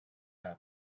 would